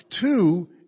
Two